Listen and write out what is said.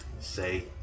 say